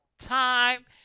Time